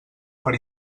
per